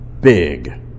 big